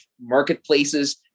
marketplaces